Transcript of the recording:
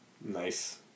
Nice